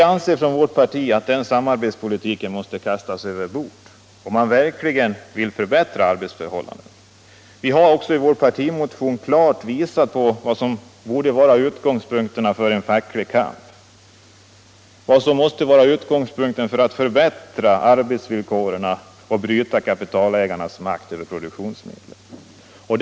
Vårt parti anser att denna samarbetspolitik måste kastas över bord om man verkligen vill förbättra arbetsförhållandena: Vi har i vår partimotion klart visat vad som borde vara utgångspunkterna för en facklig kamp för att förbättra arbetsvillkor och för att bryta kapitalägarnas makt över produktionsmedlen.